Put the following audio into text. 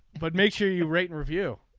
but make sure you rate in review.